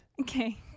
Okay